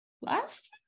last